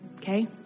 Okay